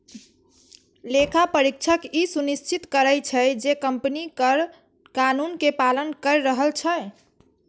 लेखा परीक्षक ई सुनिश्चित करै छै, जे कंपनी कर कानून के पालन करि रहल छै